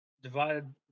divided